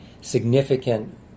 significant